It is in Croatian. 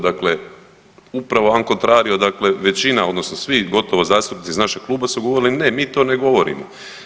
Dakle, upravo an contrario, dakle većina, odnosno svi gotovo zastupnici iz našeg kluba su govorili ne, mi to ne govorimo.